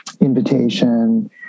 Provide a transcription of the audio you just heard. invitation